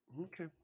Okay